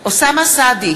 אוסאמה סעדי,